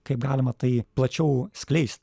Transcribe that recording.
kaip galima tai plačiau skleist